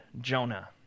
Jonah